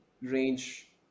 range